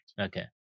Okay